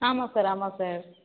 ஆமாம் சார் ஆமாம் சார்